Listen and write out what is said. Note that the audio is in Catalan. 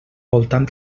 voltant